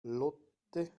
lotte